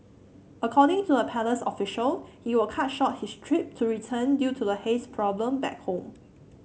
according to a palace official he will cut short his trip to return due to the haze problem back home